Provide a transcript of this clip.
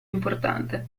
importante